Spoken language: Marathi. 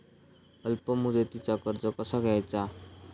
अल्प मुदतीचा कर्ज कसा घ्यायचा?